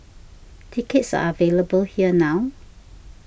tickets are available here now